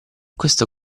questo